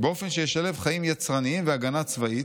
באופן שישלב חיים יצרניים והגנה צבאית,